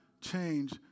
change